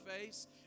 face